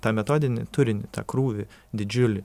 tą metodinį turinį tą krūvį didžiulį